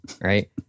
right